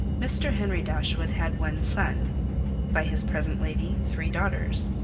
mr. henry dashwood had one son by his present lady, three daughters.